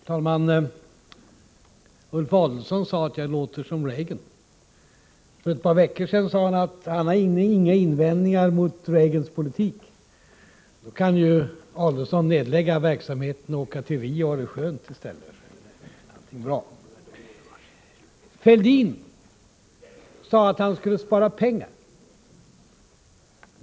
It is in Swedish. Herr talman! Ulf Adelsohn sade att jag låter som Reagan. För ett par veckor sedan sade Adelsohn att han inte har några invändningar mot Reagans politik. Då kan ju Adelsohn nedlägga verksamheten och åka till Rio och ha det skönt i stället, så är allting bra. Fälldin sade att han skulle spara pengar.